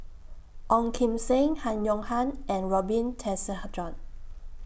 Ong Kim Seng Han Yong Hong and Robin Tessensohn